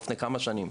לפני כמה שנים,